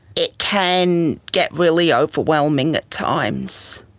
it can get really overwhelming at times.